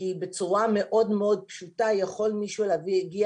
כי בצורה מאוד פשוטה יכול מישהו להגיע